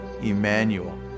Emmanuel